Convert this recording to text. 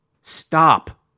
Stop